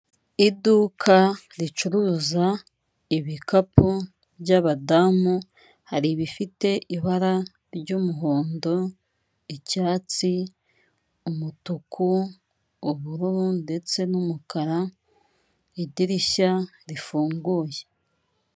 Iduka ricuruza ibikapu by'abadamu hari ibifite ibara ry'umuhondo, icyatsi, umutuku, ubururu ndetse n'umukara, idirishya rifunguye.